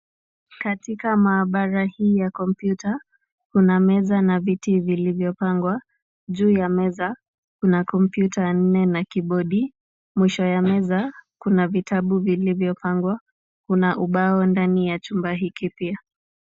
Katika maabara hii ya kompyuta, kuna meza na viti vilivyopangwa. Juu ya meza kuna kompyuta nne na kibodi. Mwisho ya meza kuna vitabu vilivyopangwa. Kuna ubao ndani ya chumba hiki pia.